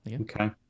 Okay